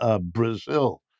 Brazil